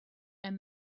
and